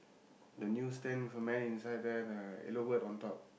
the new stand with a man inside there the yellow bird on top